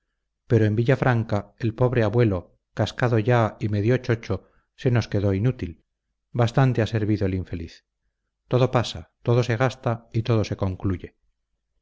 pero en villafranca el pobre abuelo cascado ya y medio chocho se nos quedó inútil bastante ha servido el infeliz todo pasa todo se gasta y todo se concluye